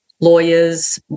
lawyers